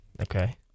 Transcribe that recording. Okay